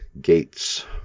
gates